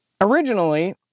Originally